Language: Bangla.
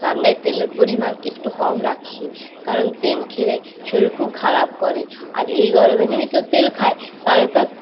রান্নায় তেলের পরিমাণ একটু কম রাখি কারণ তেল খেলে শরীর খুব খারাপ করে আর এই গরমে যদি কেউ তেল খায় তাহলে তার